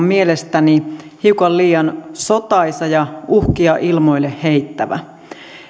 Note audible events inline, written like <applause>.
<unintelligible> mielestäni hiukan liian sotaisa ja uhkia ilmoille heittävä